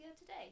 today